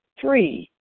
Three